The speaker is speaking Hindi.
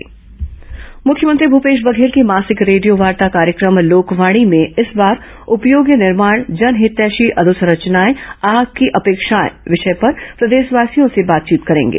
लोकवाणी मुख्यमंत्री भूपेश बघेल की मासिक रेडियोवार्ता कार्यक्रम लोकवाणी में इस बार उपयोगी निर्माण जनहितैषी अधोसंरचनाएं आपकी अपेक्षाएं विषय पर प्रदेशवासियों से बातचीत करेंगे